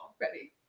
Ready